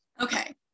Okay